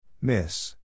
Miss